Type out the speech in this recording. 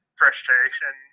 frustration